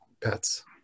pets